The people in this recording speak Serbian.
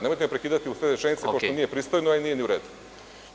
Nemojte me prekidati usred rečenice, pošto nije pristojno, a nije ni u redu.